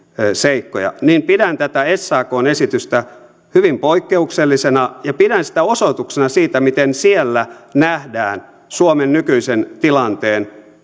seikkoja niin pidän tätä sakn esitystä hyvin poikkeuksellisena ja pidän sitä osoituksena siitä miten siellä nähdään suomen nykyisen tilanteen